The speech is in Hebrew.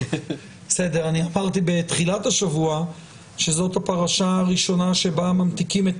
אני אמרתי בתחילת השבוע שזאת הפרשה הראשונה שבה ממתיקים את